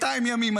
200 ימים,